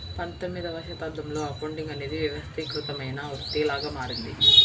పంతొమ్మిదవ శతాబ్దంలో అకౌంటింగ్ అనేది వ్యవస్థీకృతమైన వృత్తిలాగా మారింది